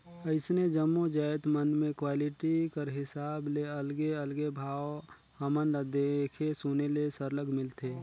अइसने जम्मो जाएत मन में क्वालिटी कर हिसाब ले अलगे अलगे भाव हमन ल देखे सुने ले सरलग मिलथे